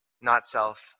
not-self